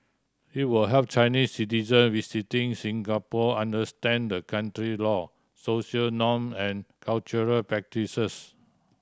it will help Chinese citizen visiting Singapore understand the country law social norm and cultural practices